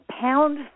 Pound